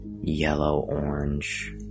yellow-orange